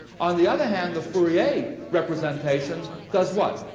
on the other hand, the fourier representation does what?